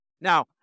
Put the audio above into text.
Now